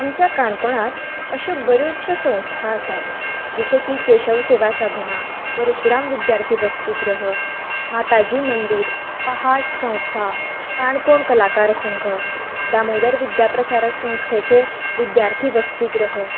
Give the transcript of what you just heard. आमच्या काणकोणां अश्यो बरोचश्यो संस्था आसात जशें की केशवसेवा साधना परशुराम विद्यार्थी वसतीग्रह माताजी मंदीर पहाट संस्था काणकोण कलाकार संघ दामोदर विद्याप्रसारक संस्थेचे विद्यार्थी वसतीग्रह